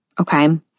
okay